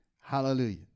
hallelujah